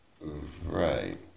Right